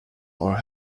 are